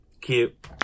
Cute